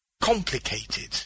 complicated